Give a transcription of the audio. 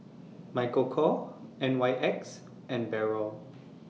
Michael Kors N Y X and Barrel